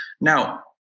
Now